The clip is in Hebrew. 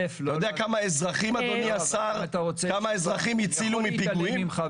אתה יודע כמה אזרחים, אדוני השר, הצילו מפיגועים?